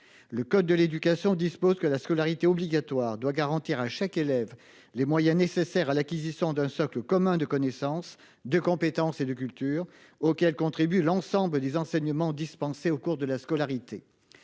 Le code de l'éducation dispose que la scolarité obligatoire doit garantir à chaque élève les moyens nécessaires à l'acquisition d'un socle commun de connaissances, de compétences et de culture auquel contribue l'ensemble des enseignements dispensés au cours de la scolarité.